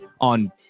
on